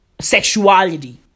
sexuality